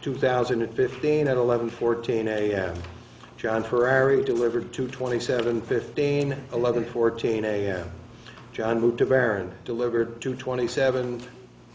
two thousand and fifteen at eleven fourteen am john ferrari delivered two twenty seven fifteen eleven fourteen am john moved to baron delivered two twenty seven